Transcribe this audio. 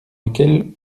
lequel